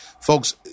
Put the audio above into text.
Folks